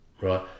right